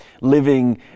living